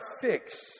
fix